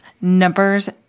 numbers